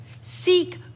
Seek